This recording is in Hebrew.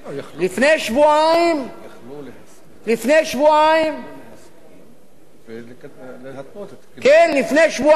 לפני שבועיים, כן, לפני שבועיים